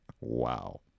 Wow